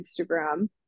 Instagram